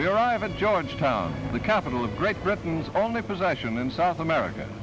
we arrive at georgetown the capital of great britain only possession in south america